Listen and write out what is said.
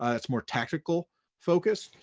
ah it's more tactical focused.